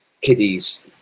kiddies